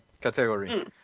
Category